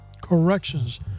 corrections